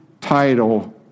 title